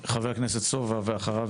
חבר הכנסת סובה, בבקשה.